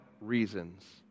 reasons